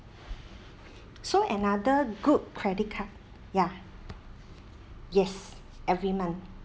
so another good credit card ya yes every month